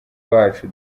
wacu